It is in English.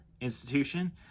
institution